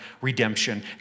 redemption